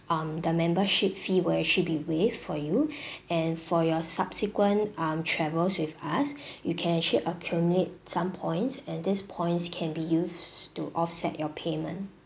um the membership fee will actually be waived for you and for your subsequent um travels with us you can actually accumulate some points and this points can be used to offset your payment